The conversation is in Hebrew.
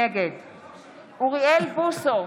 נגד אוריאל בוסו,